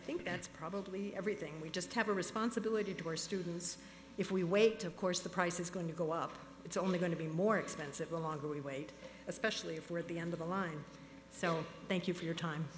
think that's probably everything we just have a responsibility to our students if we wait of course the price is going to go up it's only going to be more expensive the longer we wait especially if we're at the end of the line so thank you for your time